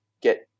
Get